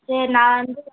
சரி நான் வந்து